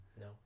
No